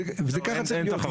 ככה זה צריך להיות.